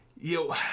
Yo